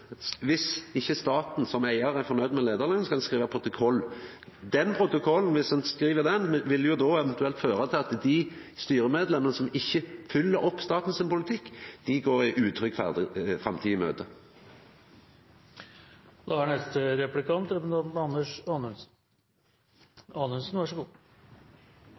staten som eigar ikkje er fornøgd med leiarlønningane, skal ein skriva protokoll. Dersom ein skriv den protokollen, vil det eventuelt føra til at dei styremedlemmene som ikkje følgjer opp statens politikk, går ei utrygg framtid i møte. Det er